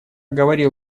говорил